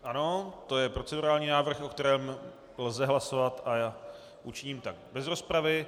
Ano, to je procedurální návrh, o kterém lze hlasovat, a já učiním tak bez rozpravy.